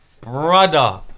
Brother